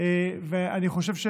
ואני חושב,